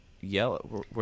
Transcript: yellow